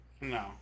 No